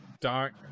dark